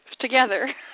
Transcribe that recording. together